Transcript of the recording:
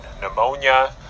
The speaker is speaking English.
pneumonia